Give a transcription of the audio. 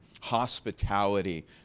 hospitality